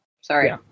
sorry